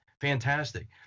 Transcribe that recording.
fantastic